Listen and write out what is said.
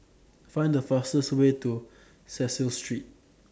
Find The fastest Way to Cecil Street